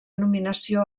nominació